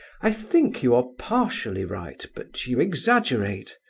i think you are partially right, but you exaggerate,